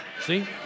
See